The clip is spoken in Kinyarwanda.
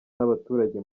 n’abaturage